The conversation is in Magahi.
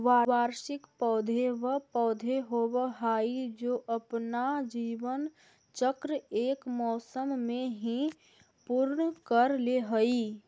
वार्षिक पौधे व पौधे होवअ हाई जो अपना जीवन चक्र एक मौसम में ही पूर्ण कर ले हई